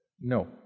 No